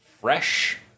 fresh